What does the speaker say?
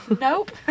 Nope